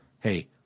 Hey